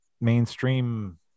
mainstream